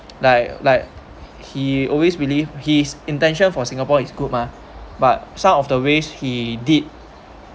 like like he always really his intention for singapore is good mah but some of the ways he did